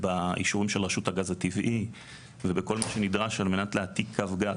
באישורים של רשות הגז הטבעי ובכל מה שנדרש על מנת להעתיק קו גז.